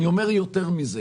אני אומר יותר מזה.